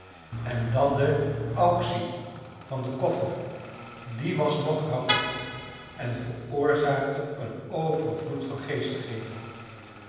en dan de auctie van den koffer die was nog grappiger en veroorzaakte een overvloed van geestigheden